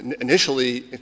initially